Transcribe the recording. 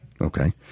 Okay